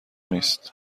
نیست